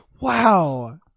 Wow